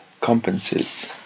compensates